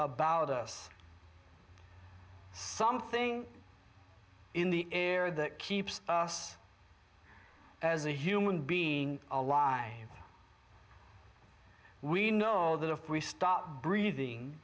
about us something in the air that keeps us as a human being a lie we know that if we stop breathing